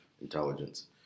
intelligence